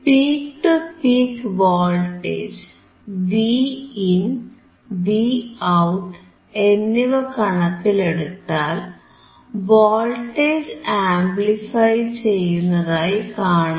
peak to peak voltage Vin Vout എന്നിവ കണക്കിലെടുത്താൽ voltage amplify ചെയ്യുന്നതായി കാണാം